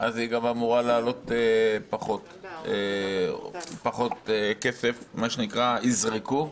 היא גם אמורה לעלות פחות כסף, מה שנקרא "יזרקו".